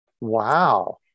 Wow